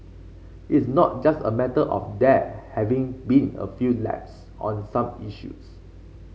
it's not just a matter of there having been a few lapses on some issues